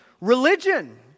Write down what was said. religion